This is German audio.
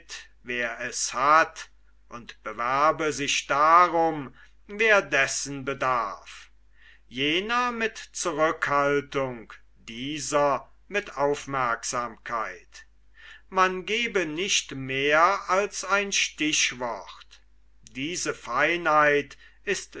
wer es hat und bewerbe sich darum wer dessen bedarf jener mit zurückhaltung dieser mit aufmerksamkeit man gebe nicht mehr als ein stichwort diese feinheit ist